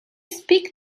speak